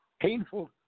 painful